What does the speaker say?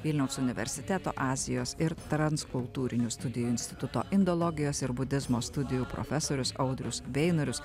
vilniaus universiteto azijos ir transkultūrinių studijų instituto indologijos ir budizmo studijų profesorius audrius beinorius